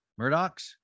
Murdochs